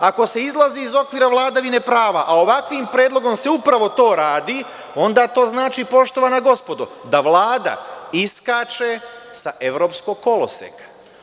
Ako se izlazi iz okvira vladavine prava, a ovakvim predlogom se upravo to radi, onda to znači, poštovana gospodo, da Vlada iskače sa evropskog koloseka.